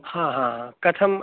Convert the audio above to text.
हा हा हा कथम्